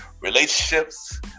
relationships